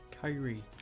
Kyrie